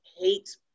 hate